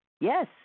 Yes